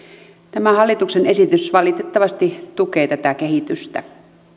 tämä hallituksen esitys valitettavasti tukee tätä kehitystä